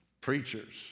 preachers